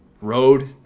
Road